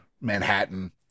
Manhattan